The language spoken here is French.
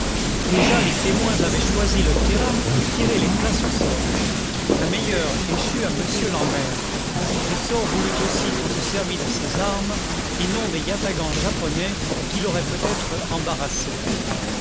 déjà les témoins avaient choisi le terrain et tiré les places au sort la meilleure échut à m l'ambert le sort voulut aussi qu'on se servît de ses armes et non des yatagans japonais qui l'auraient peut-être embarrassé